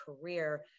career